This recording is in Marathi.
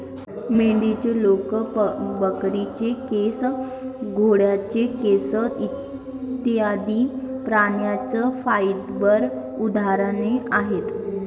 मेंढीचे लोकर, बकरीचे केस, घोड्याचे केस इत्यादि प्राण्यांच्या फाइबर उदाहरणे आहेत